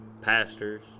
pastors